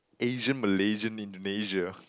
Asian Malaysian Indonesia